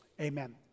Amen